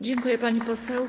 Dziękuję, pani poseł.